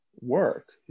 work